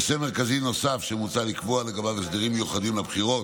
נושא מרכזי נוסף שמוצע לקבוע לגביו הסדרים מיוחדים לבחירות